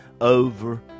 over